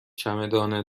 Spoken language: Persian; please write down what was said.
چمدان